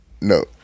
No